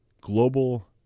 global